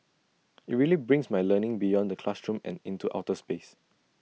IT really brings my learning beyond the classroom and into outer space